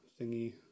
thingy